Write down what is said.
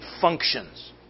functions